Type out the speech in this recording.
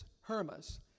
Hermas